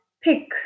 pick